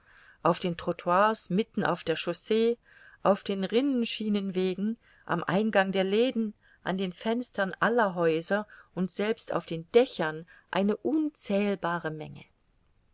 auf den trottoirs mitten auf der chaussee auf den rinnenschienenwegen am eingang der läden an den fenstern aller häuser und selbst auf den dächern eine unzählbare menge